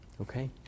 Okay